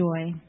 joy